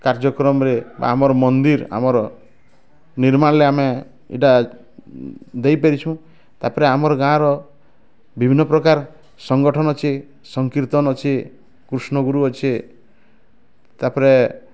କାର୍ଯ୍ୟକ୍ରମରେ ବା ଆମର ମନ୍ଦିର ଆମର ନିର୍ମାଣରେ ଆମେ ଏଟା ଦେଇପାରିଛୁଁ ତା'ପରେ ଆମର ଗାଁର ବିଭିନ୍ନ ପ୍ରକାର ସଂଗଠନ ଅଛି ସଂକୀର୍ତ୍ତନ ଅଛି କୃଷ୍ଣଗୁରୁ ଅଛି ତା'ପରେ